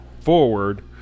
forward